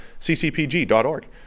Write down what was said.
ccpg.org